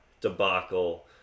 debacle